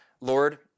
Lord